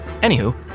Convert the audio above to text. Anywho